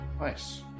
Nice